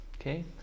okay